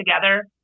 together